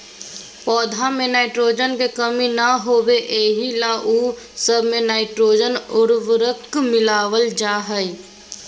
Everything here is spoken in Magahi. पौध में नाइट्रोजन के कमी न होबे एहि ला उ सब मे नाइट्रोजन उर्वरक मिलावल जा हइ